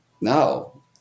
No